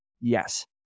Yes